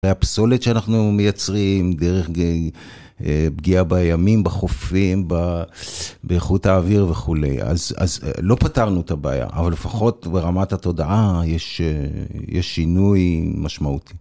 והפסולת שאנחנו מייצרים דרך פגיעה בימים, בחופים, באיכות האוויר וכולי. אז לא פתרנו את הבעיה, אבל לפחות ברמת התודעה יש שינוי משמעותי.